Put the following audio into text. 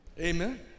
Amen